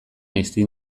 ezin